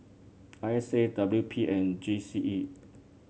I S A W P and G C E